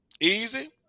Easy